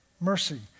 mercy